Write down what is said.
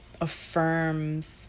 affirms